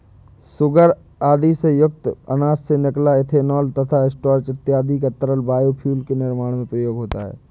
sugar आदि से युक्त अनाज से निकला इथेनॉल तथा स्टार्च इत्यादि का तरल बायोफ्यूल के निर्माण में प्रयोग होता है